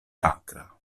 akra